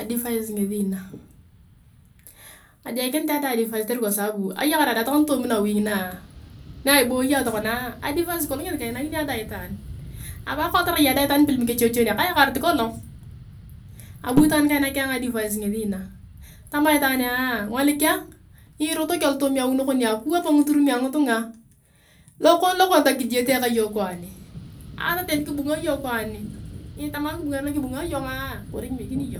Advice ngesi na, kajeikinit ayong dae advice katare kwa sabu, ayakar ayong deng sai toomi nawi nginaa, na eboiang tokonaa advice kolong ngesi kainakini ayong itaan. Anibu karai atarai ayong itaan nipelem kechochoon kayakarit kolong. Abu itaan kainak ayong advice ngesi naa. Tamaa itaania ngolikia, nyirotok alotooma awi nakon, kiwap ngiturum angitunga lokon lo kon tani kijiyete ka iyong kwani, ata tani kibunga iyong kwani, nitama akibungare na kibungae iyongaa kori kimiekini.